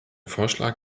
vorschlag